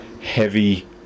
heavy